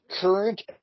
current